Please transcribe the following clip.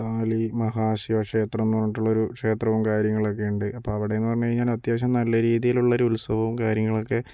താലി മഹാ ശിവക്ഷേത്രമെന്ന് പറഞ്ഞിട്ടുള്ള ഒരു ക്ഷേത്രവും കാര്യങ്ങളൊക്കെ ഉണ്ട് അപ്പോൾ അവിടെ എന്ന് പറഞ്ഞു കഴിഞ്ഞാൽ അത്യാവശ്യം നല്ല രീതിയിലുള്ള ഒരു ഉത്സവവും കാര്യങ്ങളൊക്കെ